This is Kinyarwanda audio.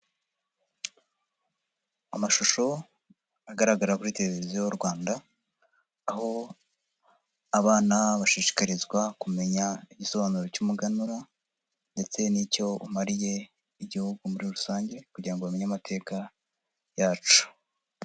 Amashusho agaragara kuri televiziyo y'u Rwanda, aho abana bashishikarizwa kumenya igisobanuro cy'umuganura ndetse n'icyo umariye Igihugu muri rusange kugira ngo bamenye amateka yacyo.